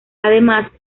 además